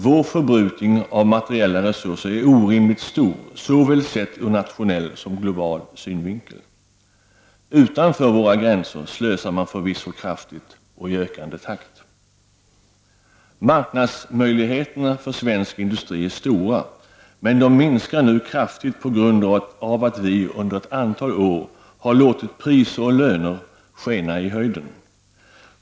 Vår förbrukning av materiella resurser är orimligt stor, sedd ur såväl nationell som global synvinkel. Utanför våra gränser slösar man förvisso kraftigt och i ökande takt. Marknadsmöjligheterna för svensk industri är stora, men de minskar nu kraftigt på grund av att vi under ett antal år har låtit priser och löner skena i höjden.